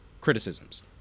criticisms